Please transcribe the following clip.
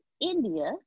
india